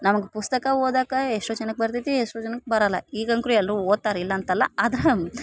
ನಮಗೆ ಪುಸ್ತಕ ಓದಾಕ ಎಷ್ಟೊ ಜನಕ್ಕೆ ಬರ್ತೈತಿ ಎಷ್ಟೊ ಜನಕ್ಕೆ ಬರಲ್ಲ ಈಗಂಕರು ಎಲ್ಲರು ಓದ್ತಾರೆ ಇಲ್ಲಂತಲ್ಲ ಆದ್ರ